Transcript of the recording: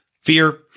fear